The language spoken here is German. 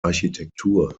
architektur